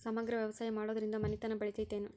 ಸಮಗ್ರ ವ್ಯವಸಾಯ ಮಾಡುದ್ರಿಂದ ಮನಿತನ ಬೇಳಿತೈತೇನು?